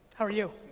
are you?